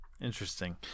Interesting